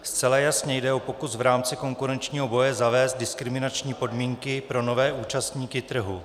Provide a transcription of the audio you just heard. Zcela jasně jde o pokus v rámci konkurenčního boje zavést diskriminační podmínky pro nové účastníky trhu.